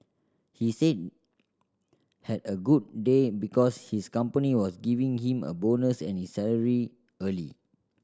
he said had a good day because his company was giving him a bonus and his salary early